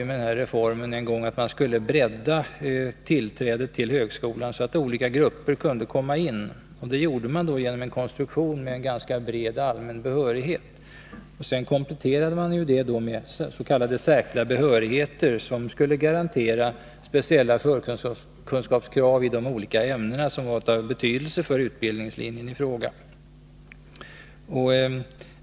Avsikten med reformen var ju att man skulle bredda tillträdet till högskolan så att olika grupper av sökande kunde komma in. Det gjorde man genom att införa en konstruktion med en ganska bred allmän behörighet. Sedan kompletterade man med s.k. särskilda behörigheter. Dessa skulle garantera speciella förkunskapskrav i de olika ämnen som var av betydelse för utbildningslinjen i fråga.